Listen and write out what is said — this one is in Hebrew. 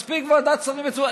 מספיק ועדת שרים מצומצמת.